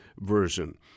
version